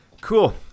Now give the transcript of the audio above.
cool